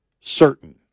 certain